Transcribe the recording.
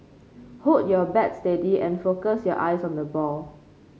hold your bat steady and focus your eyes on the ball